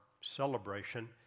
celebration